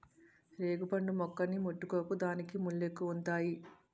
రేగుపండు మొక్కని ముట్టుకోకు దానికి ముల్లెక్కువుంతాయి